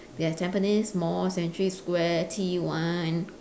there is tampines mall century square T one